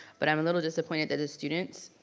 but i'm a little disappointed that the students